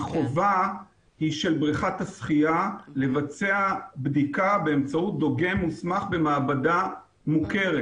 החובה היא של בריכת השחייה לבצע בדיקה באמצעות דוגם מוסמך במעבדה מוכרת.